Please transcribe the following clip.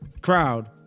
crowd